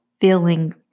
feeling